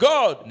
God